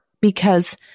because-